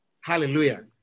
hallelujah